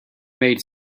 made